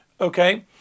Okay